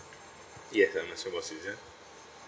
yes I'm a singapore citizen